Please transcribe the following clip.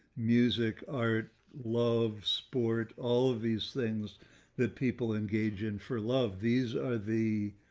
music, art, love, sport, all of these things that people engage in for love. these are the